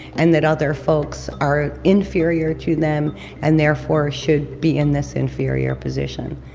and that other folks are inferior to them and therefore should be in this inferior position.